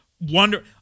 wonder